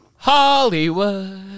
Hollywood